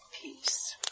peace